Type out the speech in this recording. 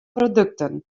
produkten